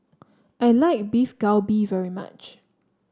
I like Beef Galbi very much